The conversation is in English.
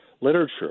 literature